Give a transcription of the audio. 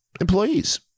employees